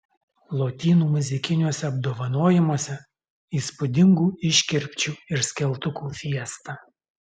lotynų muzikiniuose apdovanojimuose įspūdingų iškirpčių ir skeltukų fiesta